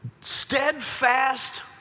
steadfast